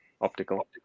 Optical